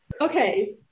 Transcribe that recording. Okay